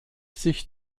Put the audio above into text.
sich